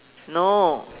no